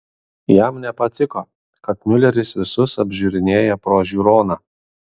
jam nepatiko kad miuleris visus apžiūrinėja pro žiūroną